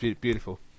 beautiful